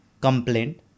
Complaint